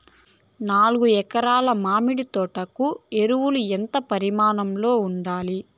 నాలుగు ఎకరా ల మామిడి తోట కు ఎరువులు ఎంత పరిమాణం లో ఉండాలి?